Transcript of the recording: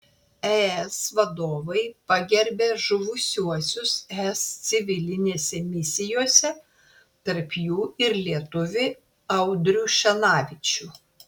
es vadovai pagerbė žuvusiuosius es civilinėse misijose tarp jų ir lietuvį audrių šenavičių